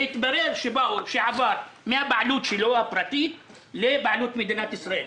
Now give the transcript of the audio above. התברר לאדם שהשטח עבר מהבעלות הפרטית שלו לבעלות מדינת ישראל.